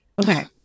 Okay